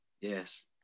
Yes